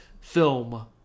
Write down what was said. film